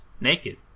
naked